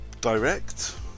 Direct